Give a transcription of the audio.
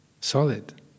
solid